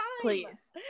Please